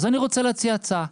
אז אני רוצה להציע הצעה.